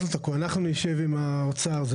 אנחנו נשב עם האוצר.